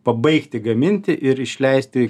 pabaigti gaminti ir išleisti